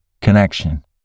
connection